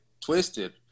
twisted